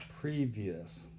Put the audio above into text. previous